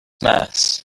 mess